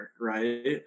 right